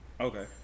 Okay